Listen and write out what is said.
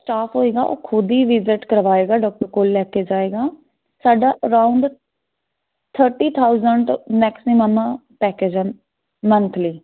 staff ਹੋਏਗਾ ਉਹ ਖੁਦ ਹੀ ਵਿਜ਼ਿਟ ਕਰਵਾਏਗਾ ਡੋਕਟਰ ਕੋਲ ਲੈ ਕੇ ਜਾਏਗਾ ਸਾਡਾ around thirty thousand maximum package ਹੈ ਮੰਥਲੀ